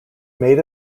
made